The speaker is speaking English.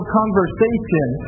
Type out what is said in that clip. conversation